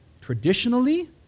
traditionally